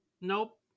nope